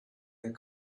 that